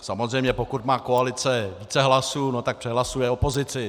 Samozřejmě pokud má koalice více hlasů, no tak přehlasuje opozici.